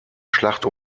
schlacht